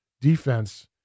defense